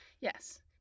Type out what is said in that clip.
Yes